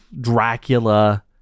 dracula